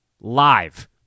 live